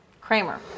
Kramer